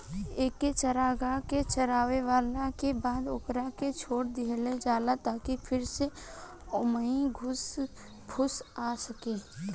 एके चारागाह के चारावला के बाद ओकरा के छोड़ दीहल जाला ताकि फिर से ओइमे घास फूस आ सको